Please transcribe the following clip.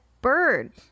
bird